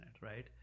right